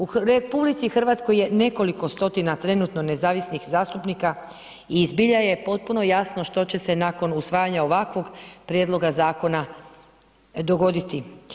U RH je nekoliko stotina trenutno nezavisnih zastupnika i zbilja je potpuno jasno što će se nakon usvajanja ovakvog prijedloga zakona dogoditi.